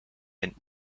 den